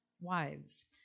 wives